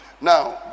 now